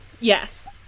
yes